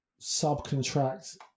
subcontract